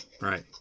right